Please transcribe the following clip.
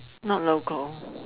not local